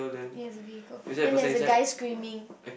ya there is a vehicle then there is a guy screaming